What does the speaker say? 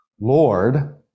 lord